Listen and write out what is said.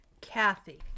kathy